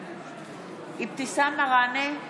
אבתיסאם מראענה,